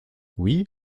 oui